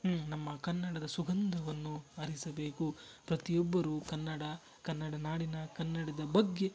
ನಮ್ಮ ಕನ್ನಡದ ಸುಗಂಧವನ್ನು ಹರಿಸಬೇಕು ಪ್ರತಿಯೊಬ್ಬರೂ ಕನ್ನಡ ಕನ್ನಡ ನಾಡಿನ ಕನ್ನಡದ ಬಗ್ಗೆ